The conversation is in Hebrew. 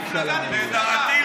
בבקשה,